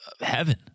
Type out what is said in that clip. heaven